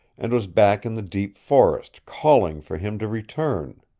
and was back in the deep forest calling for him to return.